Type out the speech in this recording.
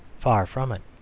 far from it.